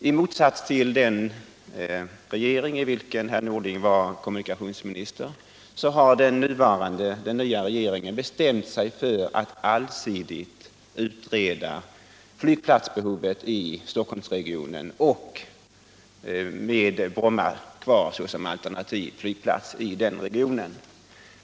I motsats till den regering i vilken herr Norling var kommunikationsminister har den nya regeringen bestämt sig för att allsidigt utreda flygplatsbehovet i Stockholmsregionen och med Bromma kvar som alternativ flygplats i den regionen.